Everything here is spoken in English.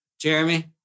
Jeremy